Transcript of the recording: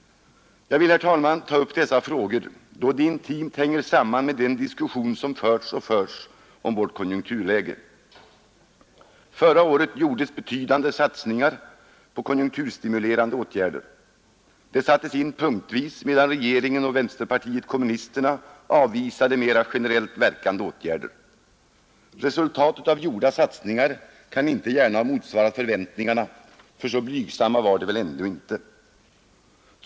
Jag vill, herr talman, ta upp dessa frågor, då de intimt hänger samman med den diskussion som förts och förs om vårt konjunkturläge. Förra året gjordes betydande satsningar på konjunkturstimulerande åtgärder. De sattes in punktvis, medan regeringen och kommunisterna avvisade mera generellt verkande åtgärder. Resultatet av gjorda satsningar kan inte gärna ha motsvarat förväntningarna — så blygsamma var de väl ändå inte!